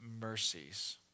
mercies